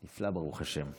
נפלא, ברוך השם.